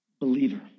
believer